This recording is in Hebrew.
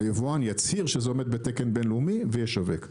היבואן יצהיר שזה עומד בתקן בינלאומי וישווק,